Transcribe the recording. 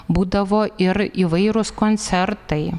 būdavo ir įvairūs koncertai